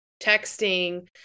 texting